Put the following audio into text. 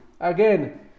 again